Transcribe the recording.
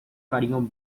fariam